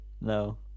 No